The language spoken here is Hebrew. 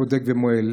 בודק ומוהל.